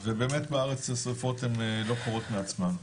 ובאמת בארץ השריפות לא קורות מעצמן.